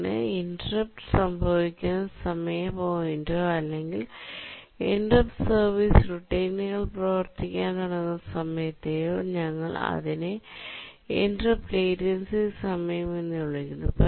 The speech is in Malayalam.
അങ്ങനെ ഇന്ററപ്റ്റ് സംഭവിക്കുന്ന സമയ പോയിന്റോ അല്ലെങ്കിൽ ഇന്ററപ്റ്റ് സർവീസ് റുട്ടീൻകൾ പ്രവർത്തിക്കാൻ തുടങ്ങുന്ന സമയത്തെയോ ഞങ്ങൾ അതിനെ ഇന്ററപ്റ്റ് ലേറ്റൻസി സമയം എന്ന് വിളിക്കുന്നു